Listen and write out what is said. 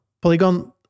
Polygon